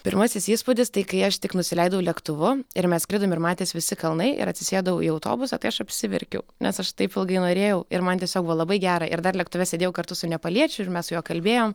pirmasis įspūdis tai kai aš tik nusileidau lėktuvu ir mes skridom ir matėsi visi kalnai ir atsisėdau į autobusą tai aš apsiverkiau nes aš taip ilgai norėjau ir man tiesiog buvo labai gera ir dar lėktuve sėdėjau kartu su nepaliečiu ir mes su juo kalbėjom